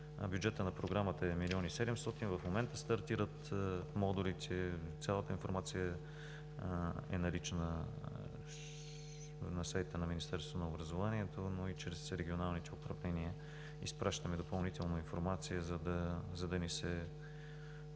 Бюджетът на програмата е милион и седемстотин. В момента стартират модулите. Цялата информация е налична на сайта на Министерството на образованието и науката, но и чрез регионалните управления изпращаме допълнително информация, за да не се